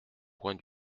point